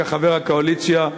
כחבר הקואליציה,